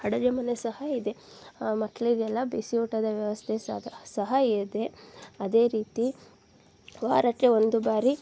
ಅಡುಗೆ ಮನೆ ಸಹ ಇದೆ ಆ ಮಕ್ಕಳಿಗೆಲ್ಲ ಬಿಸಿ ಊಟದ ವ್ಯವಸ್ಥೆ ಸಹ ಇ ಸಹ ಇದೆ ಅದೇ ರೀತಿ ವಾರಕ್ಕೆ ಒಂದು ಬಾರಿ